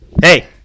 Hey